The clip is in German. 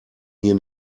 hier